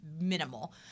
minimal